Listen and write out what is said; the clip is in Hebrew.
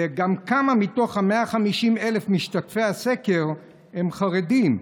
כמה מתוך 150,000 משתתפי הסקר הם חרדים?